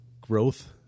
growth